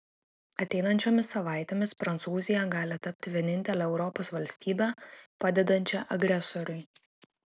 ateinančiomis savaitėmis prancūzija gali tapti vienintele europos valstybe padedančia agresoriui